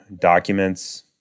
documents